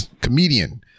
comedian